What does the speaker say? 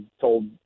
told